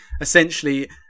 essentially